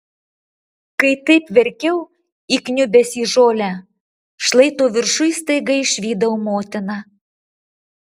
kai taip verkiau įkniubęs į žolę šlaito viršuj staiga išvydau motiną